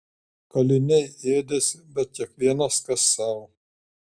kaliniai ėdėsi bet kiekvienas kas sau